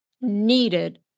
needed